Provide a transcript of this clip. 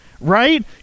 right